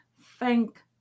thank